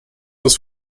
was